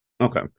Okay